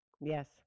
Yes